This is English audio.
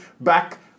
back